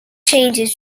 changes